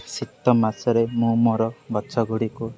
ଶୀତ ମାସରେ ମୁଁ ମୋର ଗଛଗୁଡ଼ିକୁ